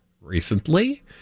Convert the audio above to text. recently